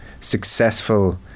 successful